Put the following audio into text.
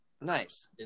Nice